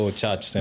church